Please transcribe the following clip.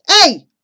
Hey